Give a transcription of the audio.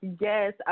Yes